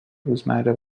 روزمره